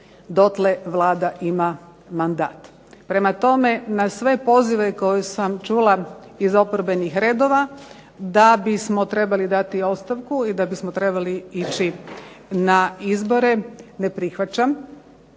dotle Vlada ima mandat. Prema tome, na sve pozive koje sam čula iz oporbenih redova da bismo trebali dati ostavku i da bismo trebali ići na izbore ne prihvaćam,